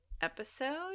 episode